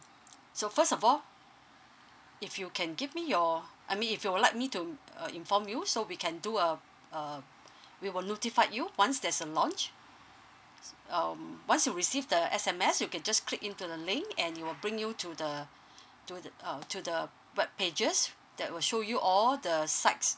so first of all if you can give me your I mean if you would like me to mm uh inform you so we can do uh uh we will notified you once there's a launch um once you receive the S M S you can just click into the link and it will bring you to the to the uh to the uh pages that will show you all the sides